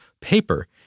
paper